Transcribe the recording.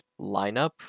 lineup